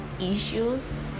issues